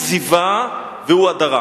הוא זיווה והוא הדרה.